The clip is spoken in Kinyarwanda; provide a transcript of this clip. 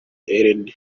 rené